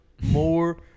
more